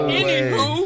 anywho